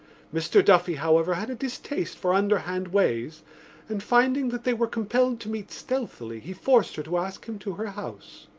mr. duffy, however, had a distaste for underhand ways and, finding that they were compelled to meet stealthily, he forced her to ask him to her house.